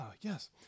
yes